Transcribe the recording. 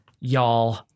Y'all